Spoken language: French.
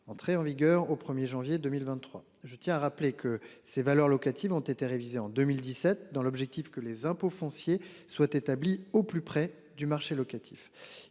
entrer en vigueur au 1er janvier 2023. Je tiens à rappeler que ces valeurs locatives ont été révisés en 2017 dans l'objectif que les impôts foncier soit établie au plus près du marché locatif.